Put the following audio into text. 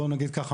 בואו נגיד ככה,